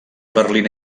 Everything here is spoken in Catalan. berlín